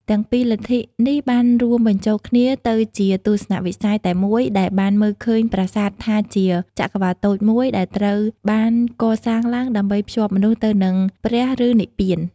ទាំងពីរលទ្ធិនេះបានរួមបញ្ចូលគ្នាទៅជាទស្សនៈវិស័យតែមួយដែលបានមើលឃើញប្រាសាទថាជាចក្រវាឡតូចមួយដែលត្រូវបានកសាងឡើងដើម្បីភ្ជាប់មនុស្សទៅនឹងព្រះឬនិព្វាន។